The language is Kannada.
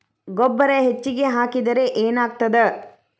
ಗೊಬ್ಬರ ಹೆಚ್ಚಿಗೆ ಹಾಕಿದರೆ ಏನಾಗ್ತದ?